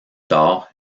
tard